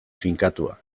finkatua